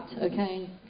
Okay